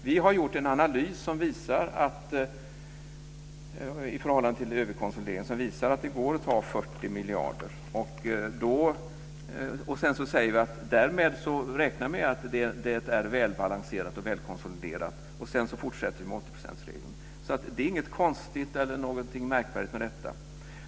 Vi har gjort en analys i förhållande till övrig konsolidering som visar att det går att ta 40 miljarder. Därmed räknar vi med att det är väl balanserat och välkonsoliderat. Sedan fortsätter vi med 80 procentsregeln. Det är alltså inget konstigt eller märkvärdigt med detta.